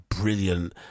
brilliant